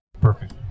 Perfect